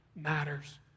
matters